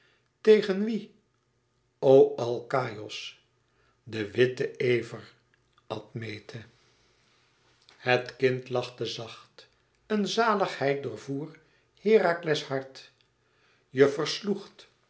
tegen wien o alkaïos den witten ever admete het kind lachte zacht een zaligheid doorvoer herakles hart je